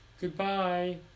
Goodbye